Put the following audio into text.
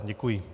Děkuji.